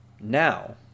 Now